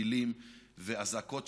טילים ואזעקות,